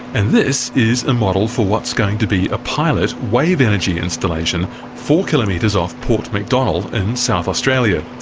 and this is a model for what's going to be a pilot wave energy installation four kilometres off port macdonnell in south australia.